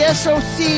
soc